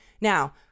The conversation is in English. Now